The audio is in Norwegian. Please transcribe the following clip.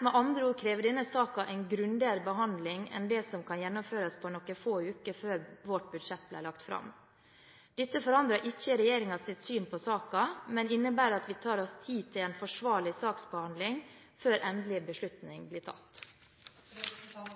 Med andre ord krever denne saken en grundigere behandling enn det som kunne gjennomføres på noen få uker før vårt budsjett ble lagt fram. Dette forandrer ikke regjeringens syn på saken, men innebærer at vi tar oss tid til en forsvarlig saksbehandling før endelig beslutning blir tatt. Da